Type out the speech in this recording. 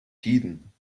tiden